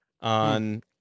on